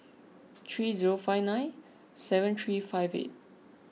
three zero five nine seven three five eight